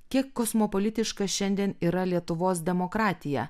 kiek kosmopolitiška šiandien yra lietuvos demokratija